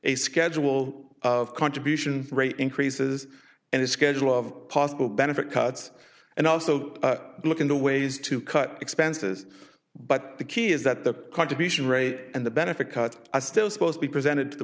a schedule of contribution rate increases and a schedule of possible benefit cuts and also look into ways to cut expenses but the key is that the contribution rate and the benefit cut still supposed be presented to the